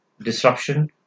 disruption